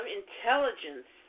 intelligence